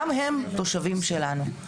גם הם תושבים שלנו.